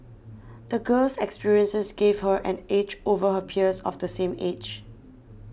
the girl's experiences gave her an edge over her peers of the same age